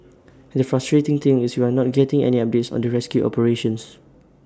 and the frustrating thing is we are not getting any updates on the rescue operations